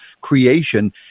creation